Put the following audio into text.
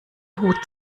hut